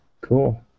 cool